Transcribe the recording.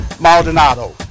Maldonado